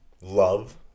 love